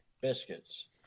biscuits